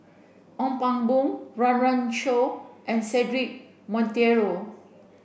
Ong Pang Boon Run Run Shaw and Cedric Monteiro